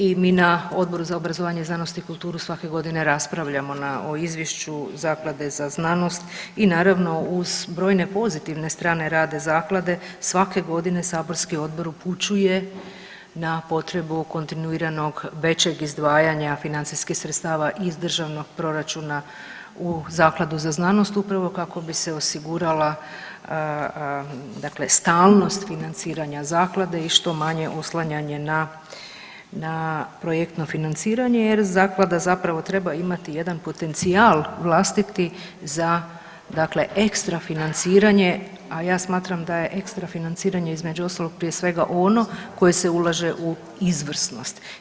I mi na Odboru za obrazovanje, znanost i kulturu svake godine raspravljamo na, o izvješću zaklade za znanost i naravno uz brojne pozitivne rada zaklade svake godine saborski odbor upućuje na potrebu kontinuiranog većeg izdvajanja financijskih sredstava iz državnog proračuna u zakladu za znanost upravo kako bi se osigurala dakle stalnost financiranja zaklade i što manje oslanjanje na, na projektno financiranje jer zaklada zapravo treba imati jedan potencijal vlastiti za dakle ekstra financiranje, a ja smatram da je ekstra financiranje između ostalog prije svega ono koje se ulaže u izvrsnost.